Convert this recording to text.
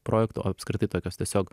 projektų o apskritai tokios tiesiog